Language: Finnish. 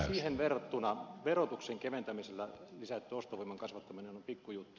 siihen verrattuna verotuksen keventämisellä lisätty ostovoiman kasvattaminen on pikku juttu